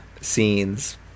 scenes